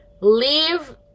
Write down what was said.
leave